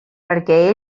perquè